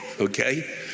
okay